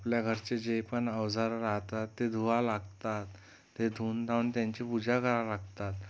आपल्या घरचे जे पण अवजारं राहतात ते धुवा लागतात ते धुऊन धावून त्यांची पूजा कराय लागतात